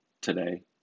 today